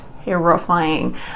terrifying